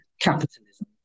capitalism